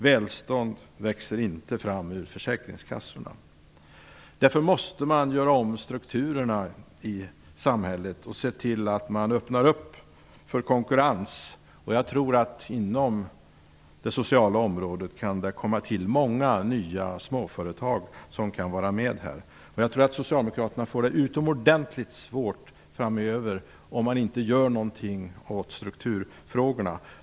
Välstånd växer inte fram ur försäkringskassorna. Därför måste man göra om strukturerna i samhället och se till att man öppnar för konkurrens. Jag tror att det inom det sociala området kan tillkomma många nya småföretag. Jag tror att Socialdemokraterna kommer att få det utomordentligt svårt framöver, om de inte gör någonting åt strukturfrågorna.